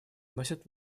носит